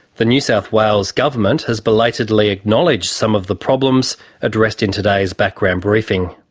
the new south wales government has belatedly acknowledged some of the problems addressed in today's background briefing.